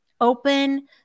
open